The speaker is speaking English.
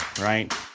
right